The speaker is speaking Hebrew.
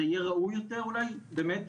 זה יהיה ראוי יותר אולי באמת,